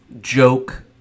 joke